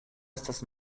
estas